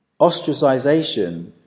ostracization